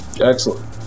Excellent